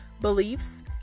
beliefs